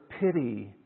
pity